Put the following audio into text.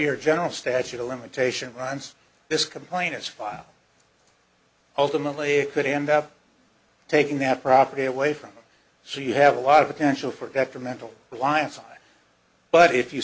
year general statute of limitations runs this complaint is filed ultimately it could end up taking that property away from them so you have a lot of potential for governmental alliances but if you